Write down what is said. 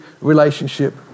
relationship